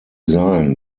sein